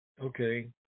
Okay